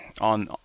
on